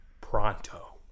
pronto